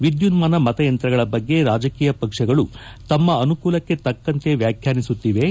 ವಿದ್ಯುನ್ನಾನ ಮತಯಂತ್ರಗಳ ಬಗ್ಗೆ ರಾಜಕೀಯ ಪಕ್ಷಗಳು ತಮ್ಮ ಆನುಕೂಲಕ್ಷೆ ತಕ್ಕಂತೆ ವ್ವಾಖ್ವಾನಿಸುತ್ತಿವೆ